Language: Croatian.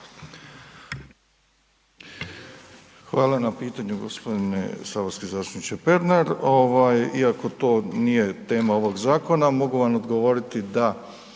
Hvala na pitanju g. saborski zastupniče Pernar. Iako to nije tema ovog zakona, mogu vam odgovoriti da